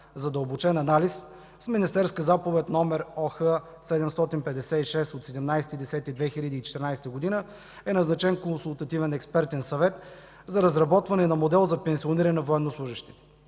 задълбочен анализ с министерска Заповед № ОХ-756 от 17.10.2014 г. е назначен Консултативен експертен съвет за разработване на модел за пенсиониране на военнослужещите.